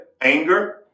anger